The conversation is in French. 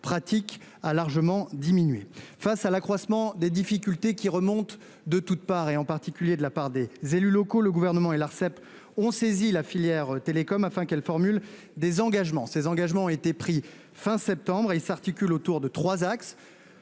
pratique a largement diminué face à l'accroissement des difficultés qui remontent de toutes parts, et en particulier de la part des élus locaux. Le gouvernement et l'Arcep ont saisi la filière télécoms afin qu'elle formule des engagements, ces engagements ont été pris fin septembre et s'articule autour de 3 axes